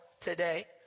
today